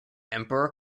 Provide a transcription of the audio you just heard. emperor